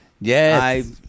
yes